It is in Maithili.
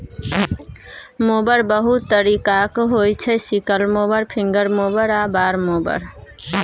मोबर बहुत तरीकाक होइ छै सिकल मोबर, फिंगर मोबर आ बार मोबर